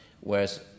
Whereas